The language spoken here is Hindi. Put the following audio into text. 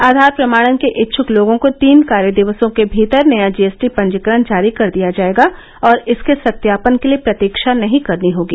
आयार प्रमाणन के इच्छुक लोगो को तीन कार्यदिवसो के भीतर नया जीएसटी पंजीकरण जारी कर दिया जाएगा और इसके सत्यापन के लिए प्रतीक्षा नहीं करनी होगी